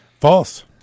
False